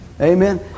Amen